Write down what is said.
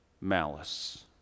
malice